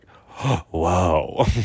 whoa